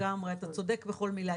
לגמרי, אתה צודק בכל מילה.